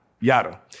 Yada